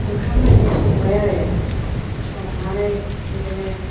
ओंखाम बायदि संबाय आरो संनानै बिदिनो